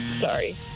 Sorry